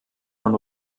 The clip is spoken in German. von